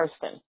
person